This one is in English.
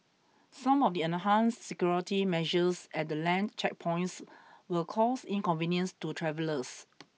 some of the enhanced security measures at the land checkpoints will cause inconvenience to travellers